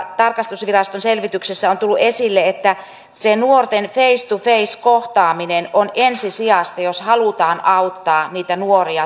tarkastusviraston selvityksessä on tullut esille että se nuorten face to face kohtaaminen on ensisijaista jos halutaan auttaa niitä nuoria työelämään